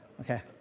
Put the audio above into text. Okay